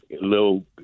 little